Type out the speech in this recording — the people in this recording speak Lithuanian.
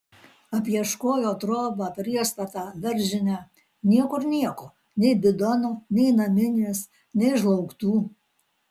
apieškojo trobą priestatą daržinę niekur nieko nei bidono nei naminės nei žlaugtų